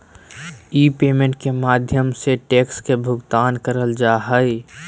ई payment के माध्यम से टैक्स के भुगतान करल जा हय